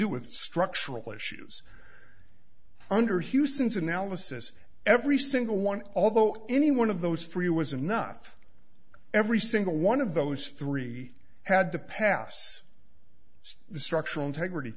do with structural issues under houston's analysis every single one although any one of those three was enough every single one of those three had to pass the structural integrity